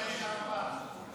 ההצעה להעביר לוועדה